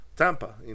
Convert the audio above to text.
Tampa